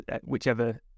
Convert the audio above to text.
whichever